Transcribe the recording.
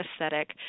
Aesthetic